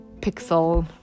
pixel